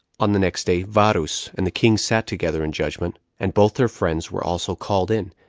on the next day varus and the king sat together in judgment, and both their friends were also called in,